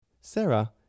Sarah